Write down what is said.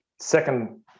Second